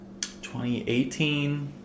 2018